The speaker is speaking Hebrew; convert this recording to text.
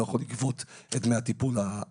הוא לא יכול לגבות את דמי הטיפול הארגוני.